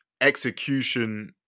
execution